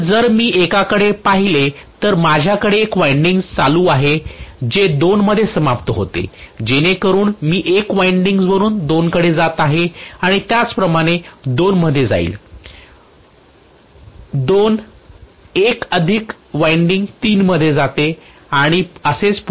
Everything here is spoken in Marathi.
तर जर मी एकाकडे पाहिले तर माझ्याकडे एक वायंडिंग्स चालू आहे जे 2 मध्ये समाप्त होते जेणेकरून मी 1 वायंडिंग्स वरून 2 कडे जात आहे आणि त्याच प्रमाणे 2 मध्ये जाईल 2 1 अधिक वायंडिंग्स 3 मध्ये जाते आणि म्हणून पुढे आणि पुढे